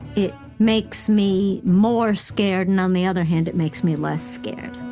it makes me more scared, and on the other hand, it makes me less scared